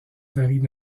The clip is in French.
varient